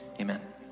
Amen